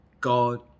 God